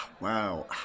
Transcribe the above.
Wow